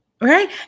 right